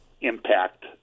impact